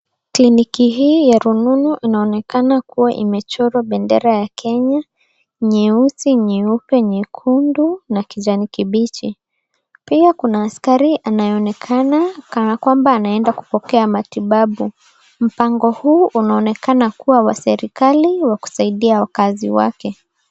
Kliniki hii ya rununu inaonekana kuwa imechorwa bendera ya kenya nyeusi nyeupe nyekundu na kijani kibichi pia kuna askari anayeonekana kana kwamba anaenda kupokea matibabu mpango huu unaonekana kuwa wa serikali wa kusaidia wakaazi wake.